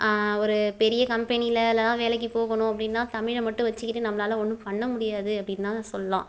ஒரு பெரிய கம்பெனியில இல்லைன்னா வேலைக்கு போகணும் அப்படின்னா தமிழை மட்டும் வச்சிக்கிட்டு நம்மளால் ஒன்றும் பண்ண முடியாது அப்படின்னு தான் சொல்லாம்